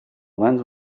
lens